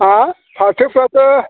हा फाथोफोराथ'